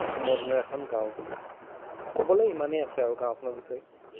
আহোমৰ দিনৰ এখন গাঁও বুলি ক'বলৈ ইমানেই আছে আৰু গাঁওখনৰ বিষয়ে